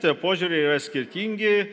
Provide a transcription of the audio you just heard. tie požiūriai yra skirtingi